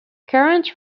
current